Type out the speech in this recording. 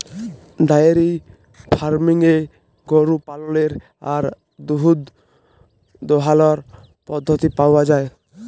diary ফার্মিংয়ে গরু পাললের আর দুহুদ দহালর পদ্ধতি পাউয়া যায়